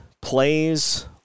plays